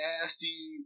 nasty